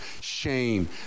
shame